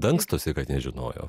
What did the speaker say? dangstosi kad nežinojo